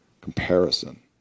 Comparison